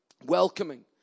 Welcoming